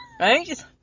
Right